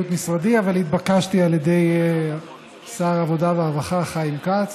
אבל התבקשתי על ידי שר העבודה והרווחה חיים כץ